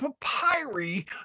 papyri